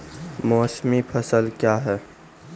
मौसमी फसल क्या हैं?